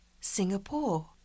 Singapore